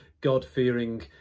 God-fearing